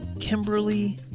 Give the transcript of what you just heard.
Kimberly